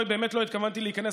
באמת לא התכוונתי להיכנס,